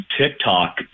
TikTok